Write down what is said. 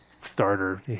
starter